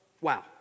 Wow